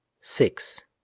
six